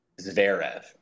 Zverev